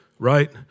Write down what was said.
right